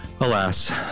alas